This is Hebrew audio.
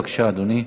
בבקשה, אדוני.